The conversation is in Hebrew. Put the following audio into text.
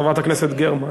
חברת הכנסת גרמן.